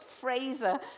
Fraser